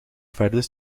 verder